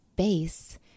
base